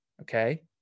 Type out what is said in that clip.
okay